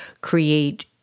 create